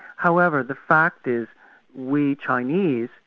however the fact is we chinese,